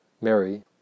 Mary